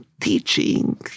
teaching